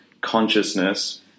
consciousness